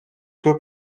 que